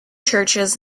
churches